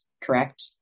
correct